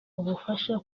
ubufasha